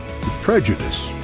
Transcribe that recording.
prejudice